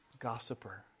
gossiper